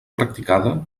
practicada